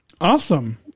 Awesome